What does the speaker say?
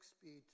speed